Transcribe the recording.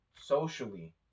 socially